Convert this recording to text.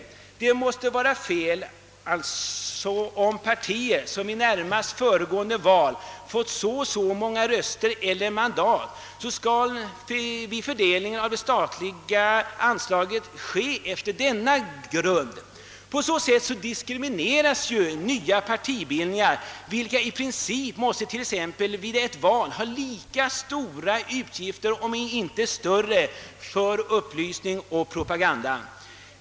Det måste vara fel om fördelningen av det statliga anslaget görs efter det antal röster eller mandat partierna erhållit vid närmast föregående val. På så sätt diskrimineras nya partibildningar, vilka i princip vid t.ex. ett val måste ha lika stora utgifter, om inte större, för upplysning och propaganda.